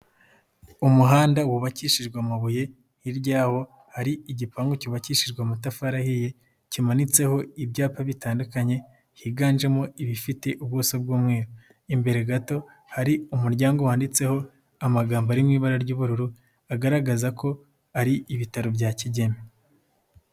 Umuhanda wubakishijwe amabuye hirya yawo hari igipangu cyubakishijwe amatafari ahiye kimanitseho ibyapa bitandukanye higanjemo ibifite ubuso bw'umweru. Imbere gato hari umuryango wanditseho amagambo ari mu ibara ry'ubururu, agaragaza ko ari ibitaro bya Kigeme.